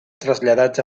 traslladats